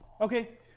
Okay